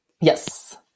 Yes